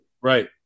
right